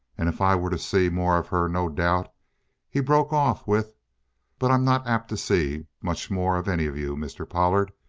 and if i were to see more of her, no doubt he broke off with but i'm not apt to see much more of any of you, mr. pollard.